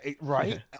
Right